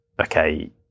okay